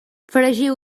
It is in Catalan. fregiu